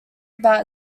about